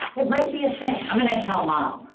it might be a thing. i'm gonna tell mom,